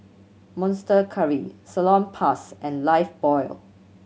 Monster Curry Salonpas and Lifebuoy